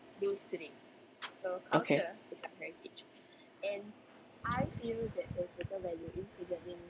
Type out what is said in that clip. okay